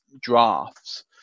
drafts